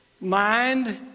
mind